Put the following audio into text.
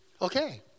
Okay